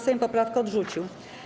Sejm poprawkę odrzucił.